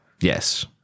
yes